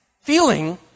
feeling